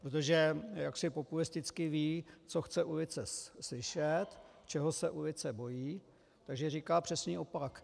Protože jaksi populisticky ví, co chce ulice slyšet, čeho se ulice bojí, takže říká přesný opak.